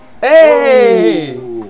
Hey